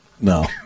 No